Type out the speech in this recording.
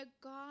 God